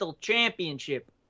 Championship